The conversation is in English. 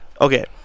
Okay